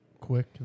quick